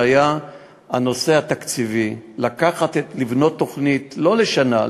הוא הנושא התקציבי: לבנות תוכנית לא לשנה,